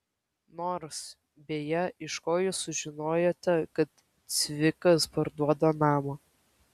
nors beje iš ko jūs sužinojote kad cvikas parduoda namą